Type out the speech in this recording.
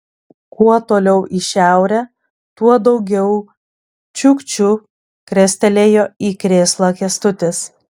kuo toliau į šiaurę tuo daugiau čiukčių krestelėjo į krėslą kęstutis